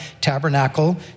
tabernacle